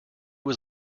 was